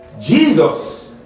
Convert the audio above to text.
Jesus